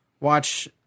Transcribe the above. watch